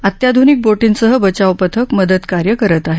अत्याधुनिक बोटींसह बचाव पथक मदत कार्य करत आहे